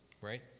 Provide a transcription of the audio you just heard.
right